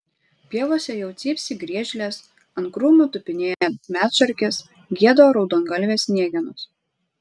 pievose jau cypsi griežlės ant krūmų tupinėja medšarkės gieda raudongalvės sniegenos